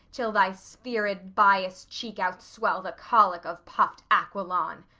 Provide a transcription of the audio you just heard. till thy sphered bias cheek out-swell the colic of puff aquilon'd.